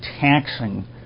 taxing